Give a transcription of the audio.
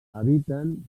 habiten